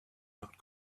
not